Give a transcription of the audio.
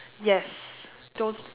yes those